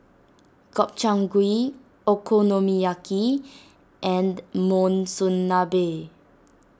Gobchang Gui Okonomiyaki and Monsunabe